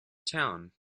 town